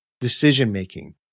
decision-making